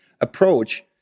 approach